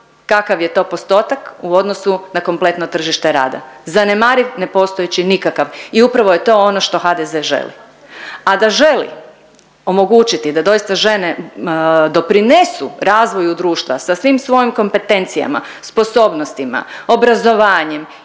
kakav je to postotak u odnosu na kompletno tržište rada. Zanemariv, nepostojeći, nikakav. I upravo je to ono što HDZ želi. A da želi omogućiti da doista žene doprinesu razvoju društva sa svim svojim kompetencijama, sposobnostima, obrazovanjem,